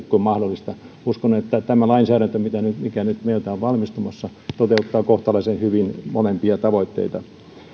kuin mahdollista uskon että tämä lainsäädäntö mikä nyt meiltä on valmistumassa toteuttaa kohtalaisen hyvin molempia tavoitteita